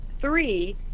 three